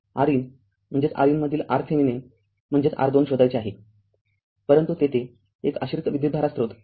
R in म्हणजेच R in मधील RThevenin म्हणजेच R२ शोधायचे आहे परंतु तेथे एक आश्रित विद्युतधारा स्रोत आहे